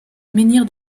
menhir